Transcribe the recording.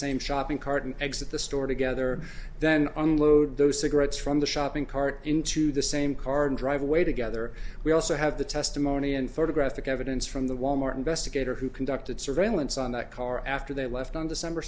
same shopping cart and exit the store together then unload those cigarettes from the shopping cart into the same car and drive away together we also have the testimony and photographic evidence from the wal mart investigator who conducted surveillance on that car after they left on december